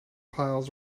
piles